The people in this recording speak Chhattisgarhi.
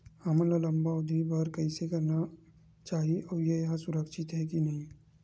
हमन ला लंबा अवधि के बर कइसे करना चाही अउ ये हा सुरक्षित हे के नई हे?